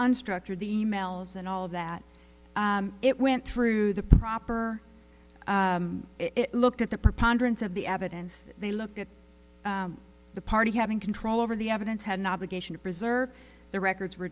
unstructured e mails and all that it went through the proper look at the preponderance of the evidence they looked at the party having control over the evidence had an obligation to preserve the records were